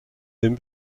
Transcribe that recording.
dem